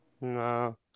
No